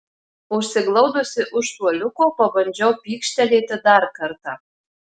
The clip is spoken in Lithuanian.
užsiglaudusi už suoliuko pabandžiau pykštelėti dar kartą